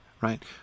right